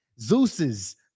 Zeus's